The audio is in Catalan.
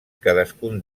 cadascun